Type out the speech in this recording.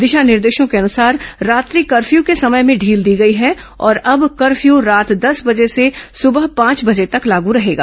दिशा निर्देशों के अनुसार रात्रि कर्फ्यू के समय में ढील दी गयी है और अब कर्फ्यू रात दंस बजे से सुबह पांच बजे तक लागू रहेगा